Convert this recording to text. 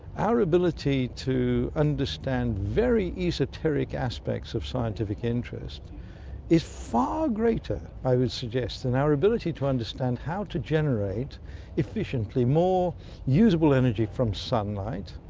our ability to understand very esoteric aspects of scientific interest is far greater, i would suggest, than our ability to understand how to generate efficiently more usable energy from sunlight,